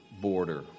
border